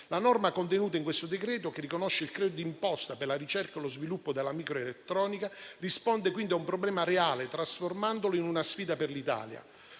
La norma contenuta in questo decreto, che riconosce il credito d'imposta per la ricerca e lo sviluppo della microelettronica, risponde quindi a un problema reale trasformandolo in una sfida per l'Italia.